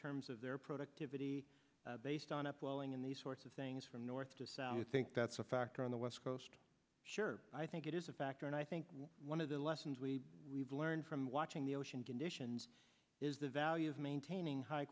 terms of their productivity based on upwelling in these sorts of things from north to south think that's a factor on the west coast sure i think it is a factor and i think one of the lessons we we've learned from watching the ocean conditions is the value of maintaining high